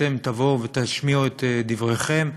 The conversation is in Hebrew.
אתם תבואו ותשמיעו את דבריכם,